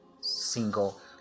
single